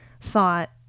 thought